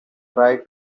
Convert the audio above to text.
try